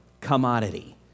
commodity